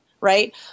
right